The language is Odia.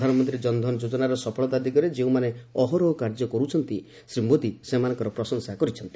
ପ୍ରଧାନମନ୍ତ୍ରୀ କନଧନ ଯୋଜନାର ସଫଳତା ଦିଗରେ ଯେଉଁମାନେ ଅହରହ କାର୍ଯ୍ୟ କରିଛନ୍ତି ଶ୍ରୀ ମୋଦି ସେମାନଙ୍କର ପ୍ରଶଂସା କରିଚ୍ଛନ୍ତି